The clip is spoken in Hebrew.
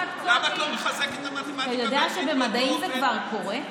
למה את לא מחזקת את המתמטיקה והאנגלית באותו אופן?